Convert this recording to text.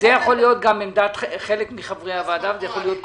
זאת יכולה להיות עמדת גם חלק מחברי הוועדה או כולם.